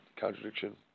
Contradiction